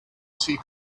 see